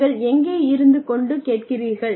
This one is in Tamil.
நீங்கள் எங்கே இருந்து கொண்டு கேட்கிறீர்கள்